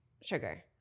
sugar